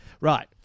Right